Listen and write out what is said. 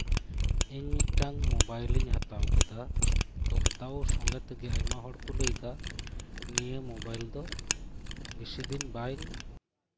ᱤᱧ ᱢᱤᱫᱴᱟᱝ ᱢᱳᱵᱟᱭᱤᱞᱤᱧ ᱦᱟᱛᱟᱣ ᱠᱮᱫᱟ ᱛᱚ ᱦᱟᱛᱟᱣ ᱥᱚᱸᱜᱮ ᱛᱮᱜᱮ ᱟᱭᱢᱟ ᱦᱚᱲ ᱠᱩ ᱞᱟ ᱭᱮᱫᱟ ᱱᱤᱭᱟᱹ ᱢᱳᱵᱟᱭᱤᱞ ᱫᱚ ᱵᱤᱥᱤ ᱫᱤᱱ ᱵᱟᱝ ᱼ